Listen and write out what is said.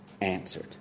answered